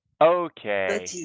Okay